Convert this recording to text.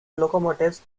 locomotives